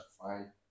fine